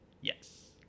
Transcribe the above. Yes